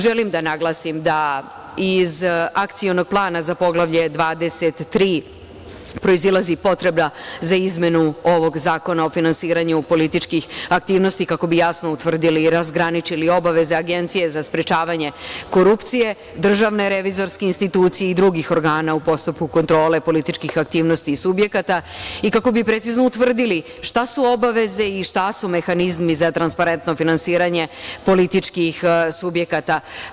Želim da naglasim da iz Akcionog plana za Poglavlje 23. proizilazi potreba za izmenu ovog Zakona o finansiranju političkih aktivnosti, kako bi jasno utvrdili i razgraničili obaveze Agencije za sprečavanje korupcije, DRI i drugih organa u postupku kontrole političkih aktivnosti i subjekata, i kako bi precizno utvrdili šta su obaveze i šta su mehanizmi za transparentno finansiranje političkih subjekata.